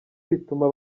bituma